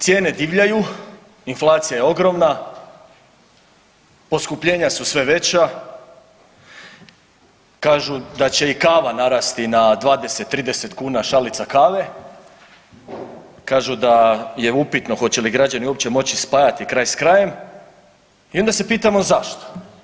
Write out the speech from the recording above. Cijene divljaju, inflacija je ogromna, poskupljenja su sve veća, kažu da će i kava narasti na 20, 30 kuna, šalica kave, kažu da je upitno hoće li građani uopće moći spajati kraj s krajem i onda se pitamo zašto?